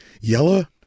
Yella